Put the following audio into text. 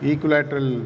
Equilateral